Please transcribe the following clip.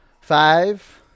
Five